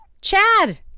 Chad